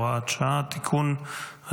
הוראת שעה) (תיקון),